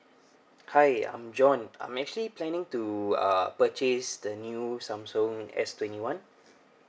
hi I'm john I'm actually planning to uh purchase the new Samsung S twenty one